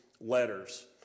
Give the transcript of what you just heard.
letters